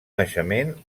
naixement